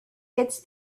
gets